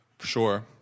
Sure